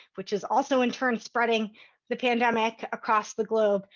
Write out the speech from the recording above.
which is also in turn spreading the pandemic across the globe.